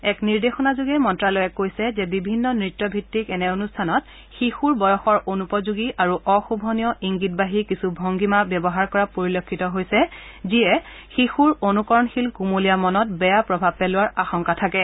এক নিৰ্দেশনাযোগে মন্ত্ৰালয়ে কৈছে যে বিভিন্ন নৃত্যভিত্তিক এনে অনুষ্ঠানত শিশুৰ বয়সৰ অনুপযোগী আৰু বিশেষ ইংগিতবাহী কিছু ভংগীমা ব্যৱহাৰ ব্যৱহাৰ কৰা পৰিলক্ষিত হৈছে যিয়ে শিশুৰ অনুকৰণশীল কুমলীয়া মনত বেয়া প্ৰভাৱ পেলোৱাৰ আশংকা থাকে